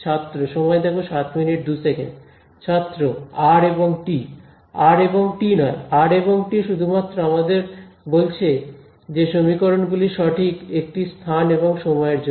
ছাত্র আর এবং T R এবং টি নয় r এবং t শুধুমাত্র আমাদের বলছে যে সমীকরণ গুলি সঠিক একটি স্থান এবং সময়ের জন্য